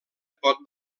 pot